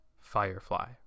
Firefly